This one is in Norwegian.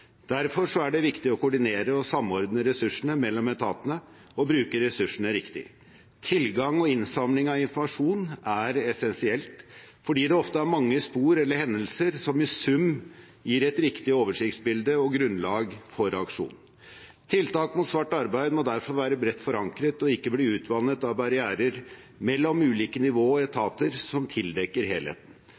Derfor er det viktig å koordinere og samordne ressursene mellom etatene og bruke ressursene riktig. Tilgang på og innsamling av informasjon er essensielt fordi det ofte er mange spor eller hendelser som i sum gir et riktig oversiktsbilde og grunnlag for aksjon. Tiltak mot svart arbeid må derfor være bredt forankret og ikke bli utvannet av barrierer mellom ulike nivåer og etater som tildekker helheten.